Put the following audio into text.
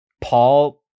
Paul